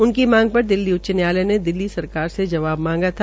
उनकी मांग पर दिल्ली उच्च न्यायालय ने दिल्ली सरकार से जवाब मांगा था